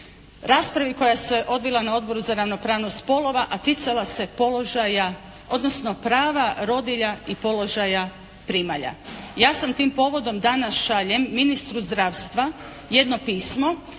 raspravi koja se odvila na Odboru za ravnopravnost spolova, a ticala se položaja, odnosno prava rodilja i položaja primalja. Ja sad tim povodom danas šaljem ministru zdravstva jedno pismo